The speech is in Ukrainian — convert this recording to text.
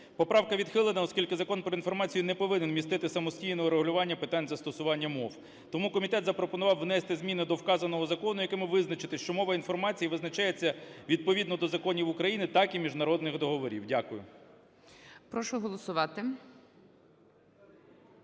Поправка відхилена, оскільки Закон "Про інформацію" не повинен містити самостійного регулювання питань застосування мов. Тому комітет запропонував внести зміни до вказаного закону, якими визначити, що мова інформації визначається відповідно до законів України, так і міжнародних договорів. Дякую.